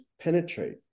Penetrate